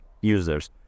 users